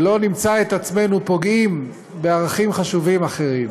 שלא נמצא את עצמנו פוגעים בערכים חשובים אחרים,